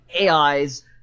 AIs